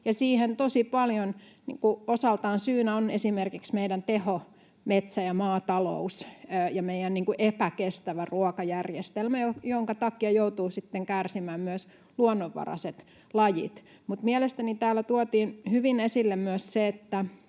siihen tosi paljon osaltaan syynä on esimerkiksi meidän tehometsä- ja -maatalous ja meidän epäkestävä ruokajärjestelmä, jonka takia joutuvat sitten kärsimään myös luonnonvaraiset lajit. Mutta mielestäni täällä tuotiin hyvin esille myös se,